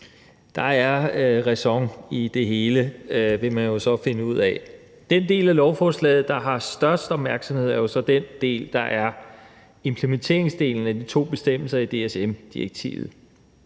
der er ræson i det hele, vil man jo så finde ud af. Den del af lovforslaget, der har størst opmærksomhed, er jo så implementeringsdelen af de to bestemmelser i DSM-direktivet.